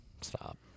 Stop